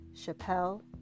Chappelle